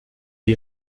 die